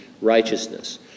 Righteousness